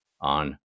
on